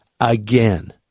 again